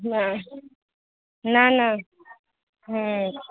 না না না হুম